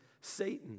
Satan